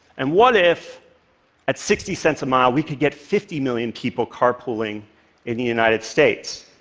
and what if at sixty cents a mile we could get fifty million people carpooling in the united states?